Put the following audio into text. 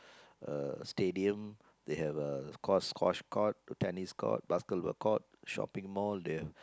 uh stadium they have a sq~ squash court the tennis court basketball court shopping mall they have